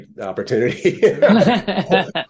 opportunity